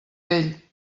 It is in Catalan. vell